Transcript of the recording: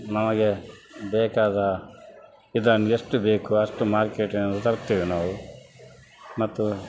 ನಮಗೆ ಬೇಕಾದ ಇದನ್ನು ಎಷ್ಟು ಬೇಕೋ ಅಷ್ಟು ಮಾರ್ಕೇಟಿನಿಂದ ತರ್ತೇವೆ ನಾವು ಮತ್ತು